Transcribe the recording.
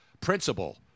principal